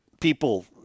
people